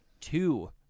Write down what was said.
two